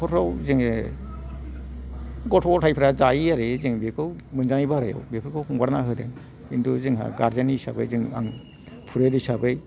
न'खरफ्राव जोङो गथ' गथाइफ्रा जायो आरो जों बेखौ मोनजानाय बारायाव बेफोरखौ हगारनानै होदों खिनथु जोंहा गारजेन हिसाबै जों आं पुरुहिद हिसाबै